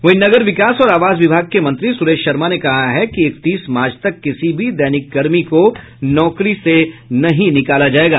वहीं नगर विकास और आवास विभाग के मंत्री सुरेश शर्मा ने कहा है कि इकतीस मार्च तक किसी भी दैनिक कर्मी को नौकरी ने नहीं निकाला जायेगा